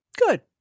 Good